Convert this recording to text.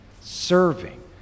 serving